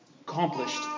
accomplished